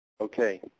Okay